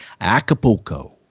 Acapulco